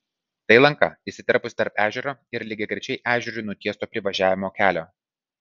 tai lanka įsiterpusi tarp ežero ir lygiagrečiai ežerui nutiesto privažiavimo kelio